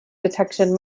detection